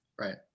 Right